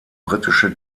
britische